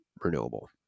renewable